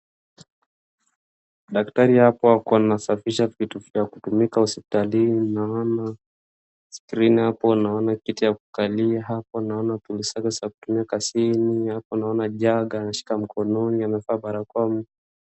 Daktari hapo ako anasafisha vitu vya kutumika hospitalini naona screen hapo naona kiti ya kukalia hapo, naona pumzi hapo ya kuweka simu, naona jug ameshika mkononi amevaa barakoa.